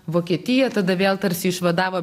vokietija tada vėl tarsi išvadavo